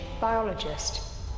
biologist